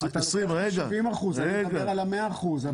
--- אתה לוקח את ה-70 אחוזים ואני מדבר על ה-100 אחוזים.